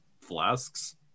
flasks